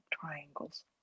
triangles